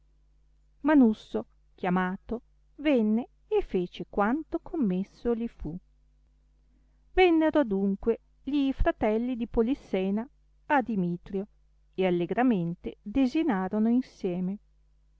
manusso chiamato venne e fece quanto commesso li fu vennero adunque li fratelli di polissena a dimitrio e allegramente desinarono insieme